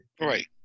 right